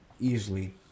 easily